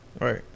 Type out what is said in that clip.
Right